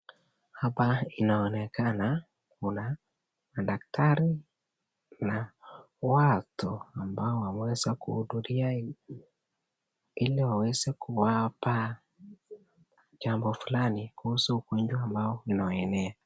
Hapa inaonekana kuna madaktari na watu ambao wameweza kuhudhuria ili waweze kuwapa jambo fulani hukuzu ugonjwa ambao inayoenea.